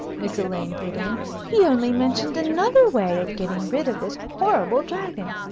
miss elaine put in. he only mentioned another way of getting rid of this horrible dragon.